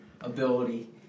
ability